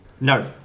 No